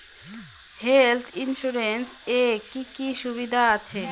Health insurance এ কি কি সুবিধা আছে?